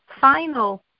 final